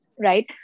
right